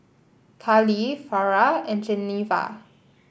Karlee Farrah and Geneva